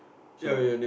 so